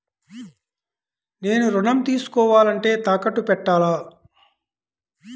నేను ఋణం తీసుకోవాలంటే తాకట్టు పెట్టాలా?